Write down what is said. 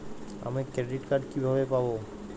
আমি credit card কিভাবে পাবো?